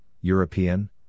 European